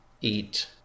eat